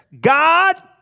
God